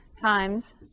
times